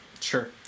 Sure